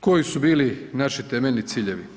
Koji su bili naši temeljni ciljevi?